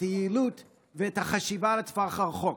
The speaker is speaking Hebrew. היעילות והחשיבה לטווח הארוך.